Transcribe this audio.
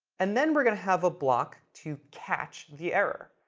and then we're going to have a block to catch the error.